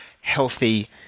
healthy